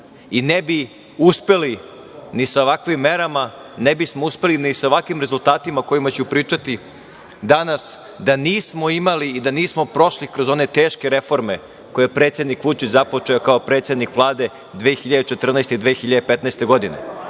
i ne bi uspeli ni sa ovakvim merama, ne bismo uspeli ni sa ovakvim rezultatima o kojima ću pričati danas, da nismo imali i da nismo prošli kroz one teške reforme koje je predsednik Vučić započeo kao predsednik Vlade 2014. i 2015. godine. Da